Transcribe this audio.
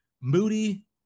Moody